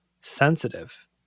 sensitive